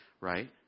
Right